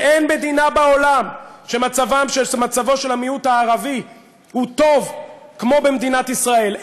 ואין מדינה בעולם שמצבו של המיעוט הערבי בה הוא טוב כמו במדינת ישראל.